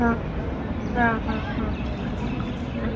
ಹಾಂ ಹಾಂ ಹಾಂ ಹಾಂ ಹಾಂ ಹ್ಞೂ